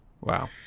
Wow